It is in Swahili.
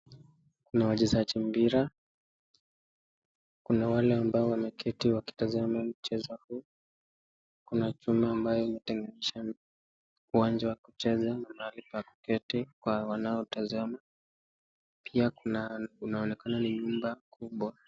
Kuna wachezaji mpira, kuna wale ambao wameketi wakitazama mchezo huu, kuna kiuno ambaye umetengenesha uwanja wa kucheza na mahali pa kuketi kwa wanaotazama, pia kunaonekana ni nyumba kubwa.